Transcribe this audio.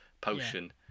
potion